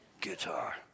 Guitar